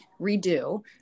redo